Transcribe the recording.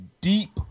deep